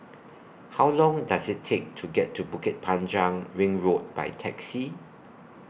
How Long Does IT Take to get to Bukit Panjang Ring Road By Taxi